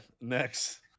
next